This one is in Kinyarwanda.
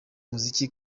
muziki